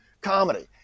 comedy